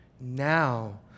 now